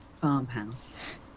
farmhouse